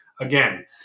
Again